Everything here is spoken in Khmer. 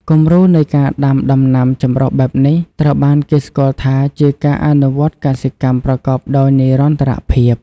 គំរូនៃការដាំដំណាំចម្រុះបែបនេះ ត្រូវបានគេស្គាល់ថាជាការអនុវត្តកសិកម្មប្រកបដោយនិរន្តរភាព។